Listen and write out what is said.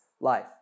life